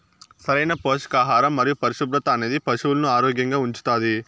సరైన పోషకాహారం మరియు పరిశుభ్రత అనేది పశువులను ఆరోగ్యంగా ఉంచుతాది